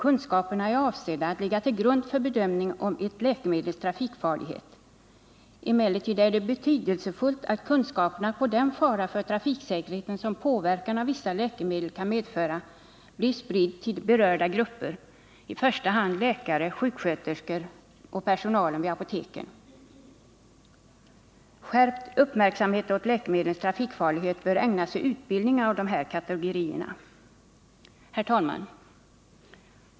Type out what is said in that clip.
Kunskaperna är avsedda att ligga till grund för bedömning av ett läkemedels trafikfarlighet. Emellertid är det betydelsefullt att kunskaperna om den fara för trafiksäkerheten som påverkan av vissa läkemedel kan medföra blir spridd till berörda grupper, i första hand till läkare, sjuksköterskor och personal vid apoteken. Skärpt uppmärksamhet åt läkemedlens trafikfarlighet bör ägnas vid utbildningen av de nämnda kategorierna. Herr talman!